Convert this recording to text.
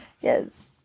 Yes